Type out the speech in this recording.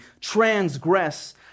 transgress